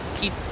keep